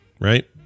right